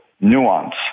nuance